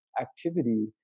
activity